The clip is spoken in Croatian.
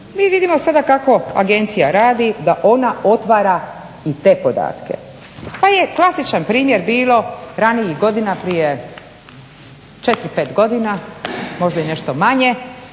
Mi vidimo sada kako Agencija radi da ona otvara i te podatke, pa je klasičan primjer bilo ranijih godina prije 4, 5 godina, možda i nešto manje